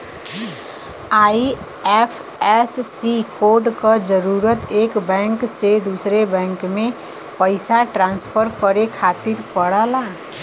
IFSC code क जरूरत एक बैंक से दूसरे बैंक में पइसा ट्रांसफर करे खातिर पड़ला